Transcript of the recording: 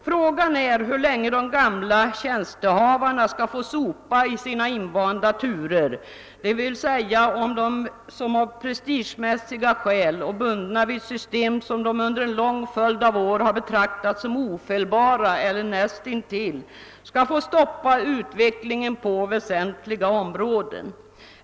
Frågan är hur länge de gamla tjänsteinnehavarna skall få sopa i sina invanda turer — dvs. om de som av prestigemässiga skäl och bundna vid system som de under en lång följd av år har betraktat som ofelbara eller näst intill skall få stoppa utvecklingen på väsentliga områden.